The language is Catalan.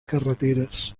carreteres